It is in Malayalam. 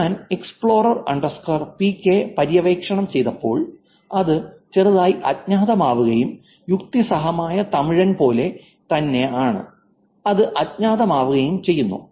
ഞാൻ എക്സ്പ്ലോറർ അണ്ടർസ്കോർ പികെ പര്യവേക്ഷണം ചെയ്തപ്പോൾ അത് ചെറുതായി അജ്ഞാതമാവുകയും യുക്തിസഹമായ തമിഴൻ പോലെ തന്നെ ആണ് അത് അജ്ഞാതമാവുകയും ചെയ്യുന്നു